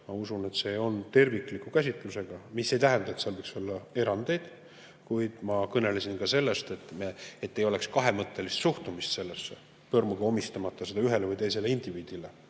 elamisluba, on tervikliku käsitlusega. See ei tähenda, et seal ei võiks olla erandeid, kuid ma kõnelesin sellest, et ei oleks kahemõttelist suhtumist sellesse, põrmugi omistamata seda ühele või teisele indiviidile,